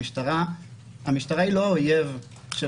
המשטרה היא לא האויב של